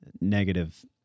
negative